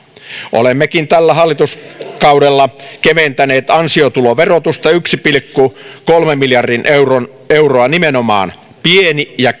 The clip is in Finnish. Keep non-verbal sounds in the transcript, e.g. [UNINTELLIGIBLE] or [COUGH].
olemmekin tällä hallituskaudella keventäneet ansiotuloverotusta yksi pilkku kolme miljardia euroa nimenomaan pieni ja [UNINTELLIGIBLE]